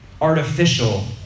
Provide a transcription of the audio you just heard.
artificial